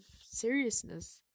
seriousness